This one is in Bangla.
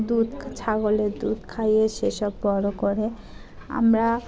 দুধ ছাগলের দুধ খাইয়ে সেসব বড়ো করে আমরা